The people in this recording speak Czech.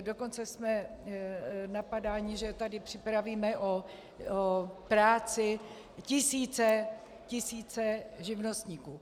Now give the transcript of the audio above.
Dokonce jsme napadáni, že tady připravíme o práci tisíce, tisíce živnostníků.